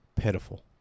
pitiful